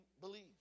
believe